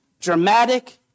dramatic